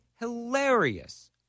hilarious